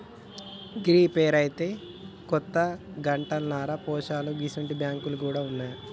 గీ పేరైతే కొత్తగింటన్నరా పోశాలూ గిసుంటి బాంకులు గూడ ఉన్నాయా